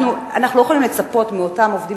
אנחנו לא יכולים לצפות מאותם עובדים